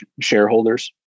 shareholders